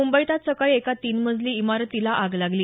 मुंबईत आज सकाळी एका तीन मजली इमारतीला आग लागली